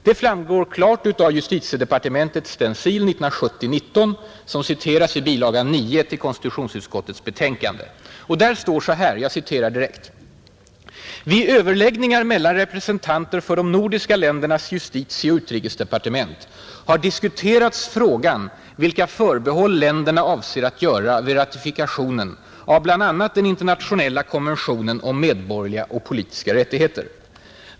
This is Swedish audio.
Det framgår klart av justitiedepartementets stencil 1970:19, som citeras i bilaga 9 till konstitutionsutskottets betänkande: ”Vid överläggningar mellan representanter för de nordiska ländernas justitieoch utrikesdepartement har diskuterats frågan vilka förbehåll länderna avser att göra vid ratifikation av bl.a. den internationella konventionen om medborgerliga och politiska rättigheter.